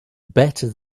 better